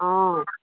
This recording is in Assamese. অঁ